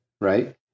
right